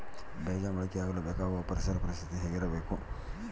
ಬೇಜ ಮೊಳಕೆಯಾಗಲು ಬೇಕಾಗುವ ಪರಿಸರ ಪರಿಸ್ಥಿತಿ ಹೇಗಿರಬೇಕು?